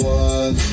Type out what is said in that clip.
one